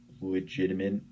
legitimate